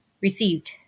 received